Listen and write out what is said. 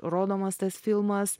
rodomas tas filmas